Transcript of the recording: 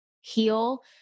heal